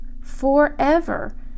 forever